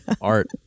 Art